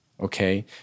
okay